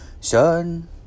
Sun